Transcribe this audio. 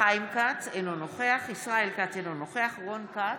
חיים כץ, אינו נוכח ישראל כץ, אינו נוכח רון כץ,